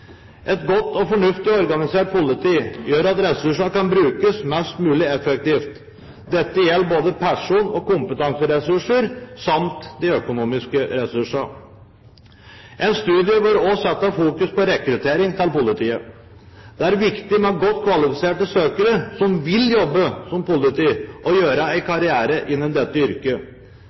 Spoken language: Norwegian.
Et godt og fornuftig organisert politi gjør at ressursene kan brukes mest mulig effektivt. Dette gjelder både person- og kompetanseressurser og de økonomiske ressursene. En studie bør også fokusere på rekruttering til politiet. Det er viktig med godt kvalifiserte søkere som vil jobbe som politi og gjøre en karriere innen dette yrket.